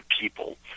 people